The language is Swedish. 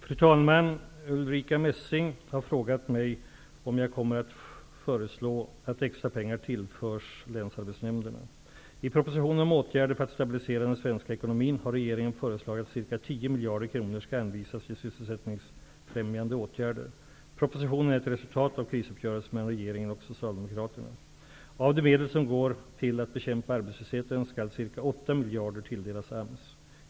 Fru talman! Ulrica Messing har frågat mig om jag kommer att föreslå att extra pengar tillförs länsarbetsnämnderna. I propositionen om åtgärder för att stabilisera den svenska ekonomin har regeringen föreslagit att ca 10 miljarder kronor skall anvisas till sysselsättningsfrämjande åtgärder. Propositionen är ett resultat av krisuppgörelsen mellan regeringen och Socialdemokraterna. Av de medel som går till att bekämpa arbetslösheten skall ca 8 miljarder kronor tilldelas AMS.